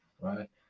right